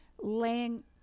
laying